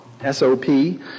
S-O-P